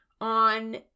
on